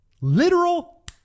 literal